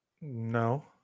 No